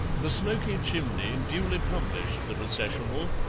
the smoky chimney duly published the recessional,